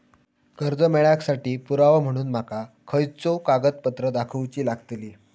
कर्जा मेळाक साठी पुरावो म्हणून माका खयचो कागदपत्र दाखवुची लागतली?